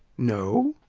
no.